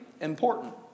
important